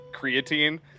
creatine